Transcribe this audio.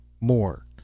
more